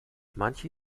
manche